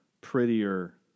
prettier